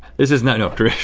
this is not, no,